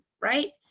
right